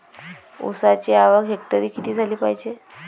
ऊसाची आवक हेक्टरी किती झाली पायजे?